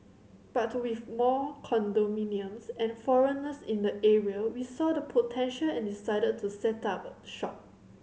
but with more condominiums and foreigners in the area we saw the potential and decided to set up shop